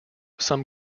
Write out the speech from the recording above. some